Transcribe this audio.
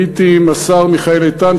הייתי עם השר מיכאל איתן,